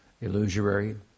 illusory